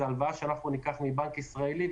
זו הלוואה שניקח מבנק ישראלי,